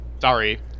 sorry